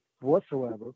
whatsoever